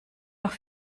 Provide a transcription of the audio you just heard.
noch